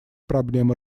проблемы